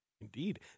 Indeed